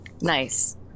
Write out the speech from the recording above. Nice